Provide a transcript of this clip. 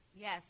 Yes